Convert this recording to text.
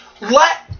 let